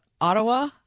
Ottawa